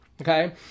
Okay